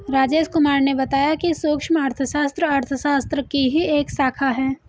राजेश कुमार ने बताया कि सूक्ष्म अर्थशास्त्र अर्थशास्त्र की ही एक शाखा है